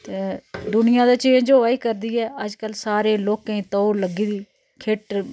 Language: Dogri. ते दुनियां बिच्च चेंज होऐ करदी ऐ अज्जकल सारे लोकें गी तौल लग्गी दी खेट्ट